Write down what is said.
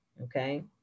okay